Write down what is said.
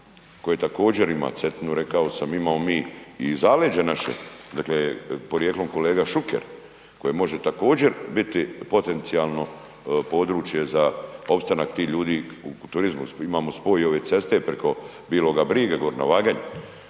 koje također ima Cetinu rekao sam. Imamo mi i zaleđe naše. Dakle, porijeklom kolega Šuker koji može također biti potencijalno područje za opstanak tih ljudi u turizmu. Imamo spoj i ove ceste preko Bijeloga brijega gore na